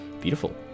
Beautiful